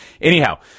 Anyhow